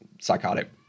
psychotic